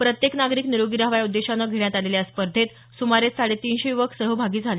प्रत्येक नागरिक निरोगी रहावा या उद्देशाने घेण्यात आलेल्या या स्पर्धेत सुमारे साडे तीनशे युवक सहभागी झाले